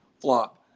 flop